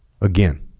Again